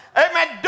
amen